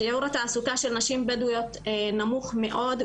שיעור התעסוקה של נשים בדואיות נמוך מאוד,